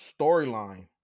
storyline